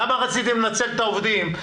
למה רציתם לנצל את העובדים,